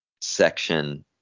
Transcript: section